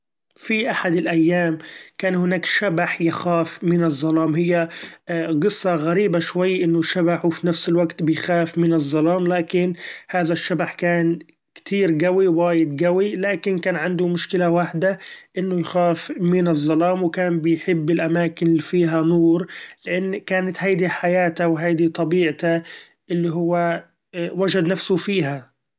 في أحد الأيام كان هناك شبح يخاف من الظلام! هي قصة غريبة شوي إنه شبح وفي نفس الوقت بيخاف من الظلام، لكن هذا الشبح كان كتير قوي ووايد قوي لكن كان عنده مشكلة واحدة إنه يخاف من الظلام، وكان بيحب الاماكن اللي فيها نور لإن كانت هيدي حياته وهيدي طبيعته اللي هو وچد نفسه فيها.